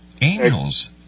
Angels